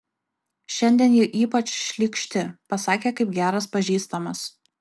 šiandien ji ypač šlykšti pasakė kaip geras pažįstamas